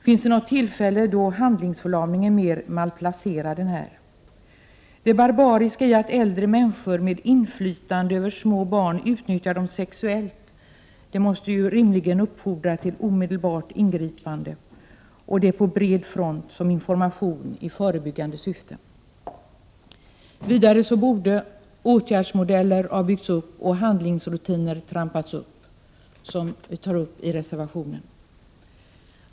Finns det något tillfälle då handlingsförlamning är mer malplacerad än här, då äldre människor med inflytande över små barn barbariskt utnyttjar dem sexuellt? Det måste rimligen uppfordra till omedelbart ingripande, och det på bred front, som information i förebyggande syfte. Vidare borde åtgärdsmodeller ha byggts upp och handlingsrutiner trampats upp, som nämns i reservationen.